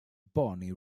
bonnie